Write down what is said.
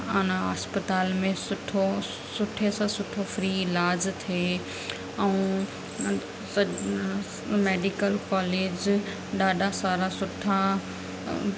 मन अस्पताल में सुठो सुठे सां सुठो फ्री इलाज थिए ऐं मेडिकल कॉलेज ॾाढा सारा सुठा